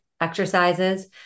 exercises